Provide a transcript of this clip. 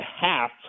half